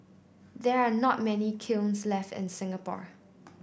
there are not many kilns left in Singapore